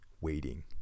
waiting